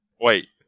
wait